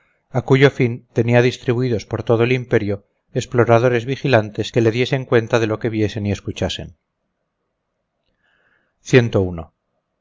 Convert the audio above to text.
a cuyo fin tenía distribuidos por todo el imperio exploradores vigilantes que la diesen cuenta de lo que viesen y escuchasen